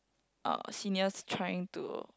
uh seniors trying to